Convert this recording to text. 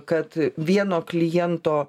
kad vieno kliento